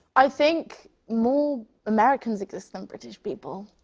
i think more americans exist than british people,